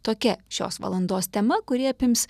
tokia šios valandos tema kuri apims